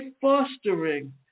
fostering